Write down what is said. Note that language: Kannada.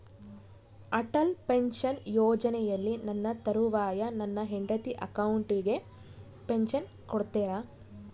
ಅಟಲ್ ಪೆನ್ಶನ್ ಯೋಜನೆಯಲ್ಲಿ ನನ್ನ ತರುವಾಯ ನನ್ನ ಹೆಂಡತಿ ಅಕೌಂಟಿಗೆ ಪೆನ್ಶನ್ ಕೊಡ್ತೇರಾ?